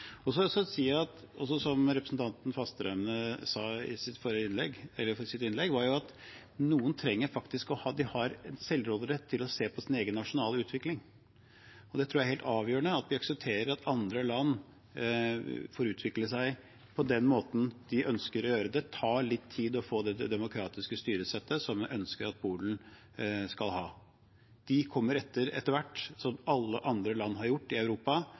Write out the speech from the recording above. Som representanten Fasteraune sa i sitt innlegg: Noen trenger faktisk å ha selvråderett til å se på sin egen nasjonale utvikling. Det tror jeg er helt avgjørende, at vi aksepterer at andre land får utvikle seg på den måten de ønsker. Det tar litt tid å få det demokratiske styresettet som man ønsker at Polen skal ha. De kommer etter etter hvert, som alle andre land i Europa har gjort,